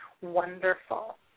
wonderful